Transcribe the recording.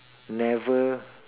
never